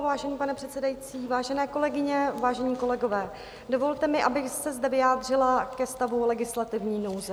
Vážený pane předsedající, vážené kolegyně, vážení kolegové, dovolte mi, abych se zde vyjádřila ke stavu legislativní nouze.